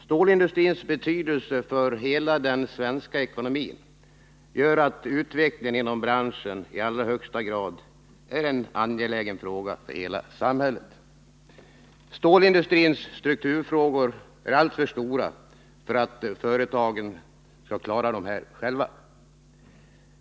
Stålindustrins betydelse för hela den svenska ekonomin gör att utvecklingen inom branschen i allra högsta grad är en angelägen fråga för hela samhället. Stålindustrins strukturfrågor är alltför stora för att företagen skall klara dem själva.